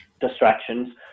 distractions